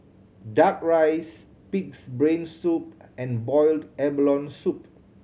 Duck Rice Pig's Brain Soup and boiled abalone soup